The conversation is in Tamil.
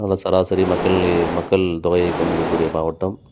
அதனால் சராசரி மக்கள் நிலையை மக்கள் தொகையை கொண்டிருக்க கூடிய மாவட்டம்